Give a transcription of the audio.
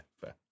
fair